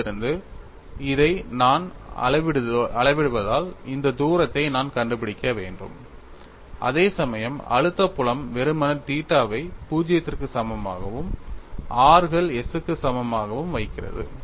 Q இலிருந்து இதை நான் அளவிடுவதால் இந்த தூரத்தை நான் கண்டுபிடிக்க வேண்டும் அதேசமயம் அழுத்த புலம் வெறுமனே தீட்டாவை 0 க்கு சமமாகவும் r கள் s க்கு சமமாகவும் வைக்கிறது